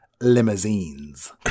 limousines